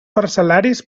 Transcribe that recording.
parcel·laris